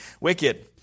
wicked